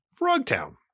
Frogtown